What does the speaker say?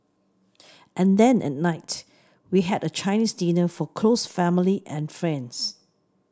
and then at night we had a Chinese dinner for close family and friends